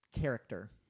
character